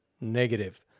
negative